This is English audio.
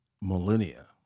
millennia